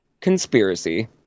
conspiracy